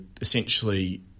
essentially